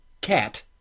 cat